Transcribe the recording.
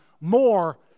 more